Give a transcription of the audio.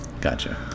Gotcha